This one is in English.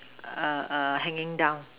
err err hanging down